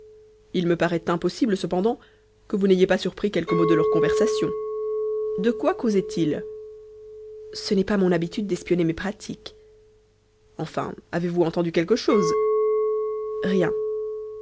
il me paraît impossible cependant que vous n'ayez pas surpris quelques mots de leur conversation de quoi causaient ils ce n'est pas mon habitude d'espionner mes pratiques enfin avez-vous entendu quelque chose rien